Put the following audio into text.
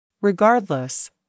Regardless